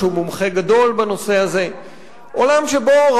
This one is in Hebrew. שהוא מומחה גדול בנושא הזה,